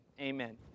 Amen